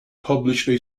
published